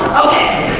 okay.